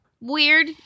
weird